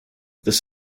this